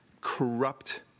corrupt